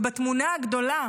ובתמונה הגדולה